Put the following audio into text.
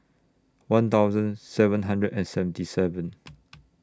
one thousand seven hundred and seventy seven